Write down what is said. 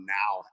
now